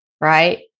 right